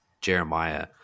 jeremiah